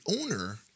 owner